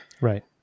Right